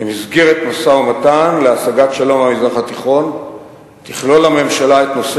"במסגרת משא-ומתן להשגת שלום במזרח התיכון תכלול הממשלה את נושא